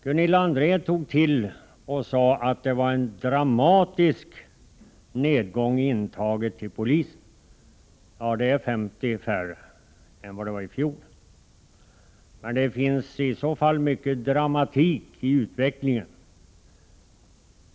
Gunilla André tog till och sade att det var en dramatisk nedgång i intaget till polisen. Det är 50 färre i år än vad det var i fjol. Det finns i så fall mycket dramatik i utvecklingen.